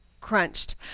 crunched